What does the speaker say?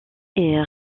est